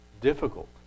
difficult